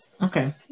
Okay